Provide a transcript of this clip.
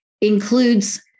includes